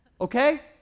okay